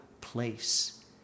place